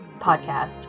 podcast